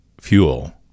fuel